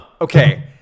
Okay